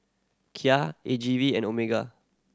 Kia A G V and Omega